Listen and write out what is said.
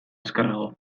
azkarrago